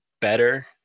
better